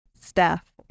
staff